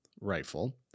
Rifle